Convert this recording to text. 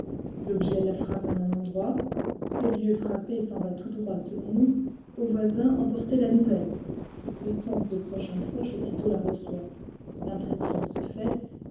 l'objet la frappe en un endroit ce lieu frappé s'en va tout droit selon nous au voisin en porter la nouvelle le sens de proche en proche aussitôt la reçoit l'impression se fait